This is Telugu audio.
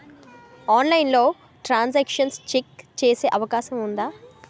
ఆన్లైన్లో ట్రాన్ సాంక్షన్ చెక్ చేసే అవకాశం ఉందా?